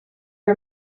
are